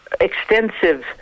extensive